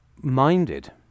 minded